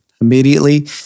Immediately